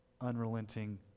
unrelenting